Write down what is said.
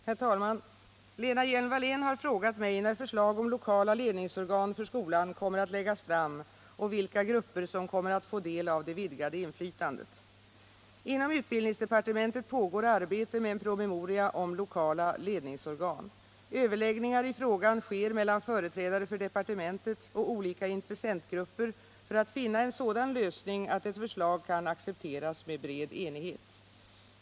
Herr talman! Lena Hjelm-Wallén har frågat mig när förslag om lokala ledningsorgan för skolan kommer att läggas fram och vilka grupper som kommer att få del av det vidgade inflytandet. Inom utbildningsdepartementet pågår arbete med en promemoria om lokala ledningsorgan. Överläggningar i frågan sker mellan företrädare för departementet och olika intressentgrupper för att finna en sådan lösning att ett förslag kan accepteras med bred enighet.